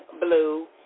blue